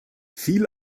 viel